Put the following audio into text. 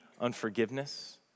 unforgiveness